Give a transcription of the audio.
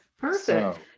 perfect